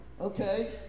Okay